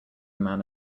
man